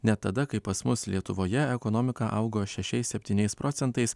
net tada kai pas mus lietuvoje ekonomika augo šešiais septyniais procentais